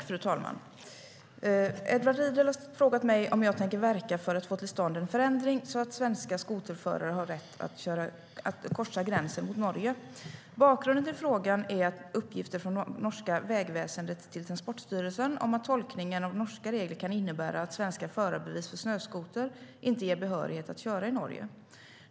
Fru talman! Edward Riedl har frågat mig om jag tänker verka för att få till stånd en förändring så att svenska skoterförare får rätt att korsa gränsen mot Norge. Bakgrunden till frågan är uppgifter från norska Vegvesenet till Transportstyrelsen om att tolkningen av norska regler kan innebära att svenska förarbevis för snöskoter inte ger behörighet att köra i Norge.